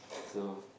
so